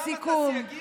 במסגרת